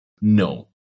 No